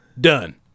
Done